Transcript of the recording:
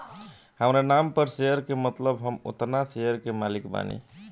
हामरा नाम पर शेयर के मतलब हम ओतना शेयर के मालिक बानी